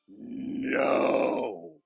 no